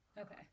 Okay